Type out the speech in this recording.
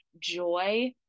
joy